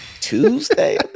Tuesday